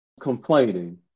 complaining